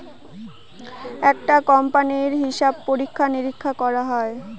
একটা কোম্পানির হিসাব পরীক্ষা নিরীক্ষা করা হয়